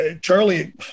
Charlie